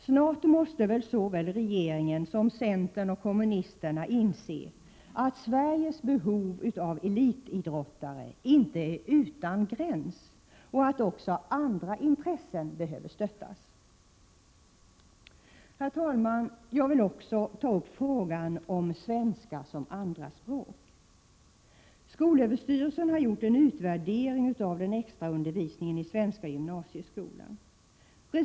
Snart måste väl såväl regeringen som centern och kommunisterna inse att Sveriges behov av elitidrottare inte är gränslöst och att också de som har andra intressen behöver stöttas. Herr talman! Jag vill också ta upp frågan om svenska som andraspråk. Skolöverstyrelsen har gjort en utvärdering av den extra undervisningen i svenska i gymnasieskolan.